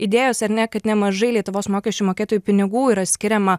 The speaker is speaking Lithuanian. idėjos ar ne kad nemažai lietuvos mokesčių mokėtojų pinigų yra skiriama